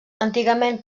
antigament